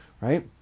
right